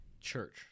Church